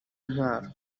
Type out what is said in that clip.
ntwaro